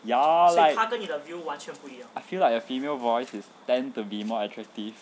ya like I feel like a female voice is tend to be more attractive